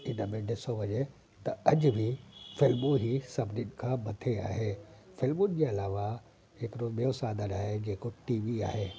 हिन में ॾिसियो वञे त अॼु बि फिल्मूं ही सभिनीन खां मथे आहे फिल्मुनि जे अलावा हिकिड़ो ॿियो साधन आहे जेको टी वी आहे